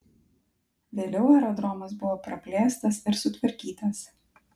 vėliau aerodromas buvo praplėstas ir sutvarkytas